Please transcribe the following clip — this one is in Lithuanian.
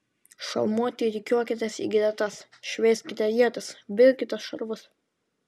šalmuoti rikiuokitės į gretas šveiskite ietis vilkitės šarvus